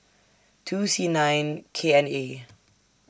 two C nine K N A